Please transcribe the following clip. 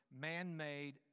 man-made